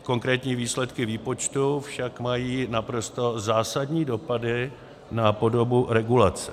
Konkrétní výsledky výpočtu však mají naprosto zásadní dopady na podobu regulace.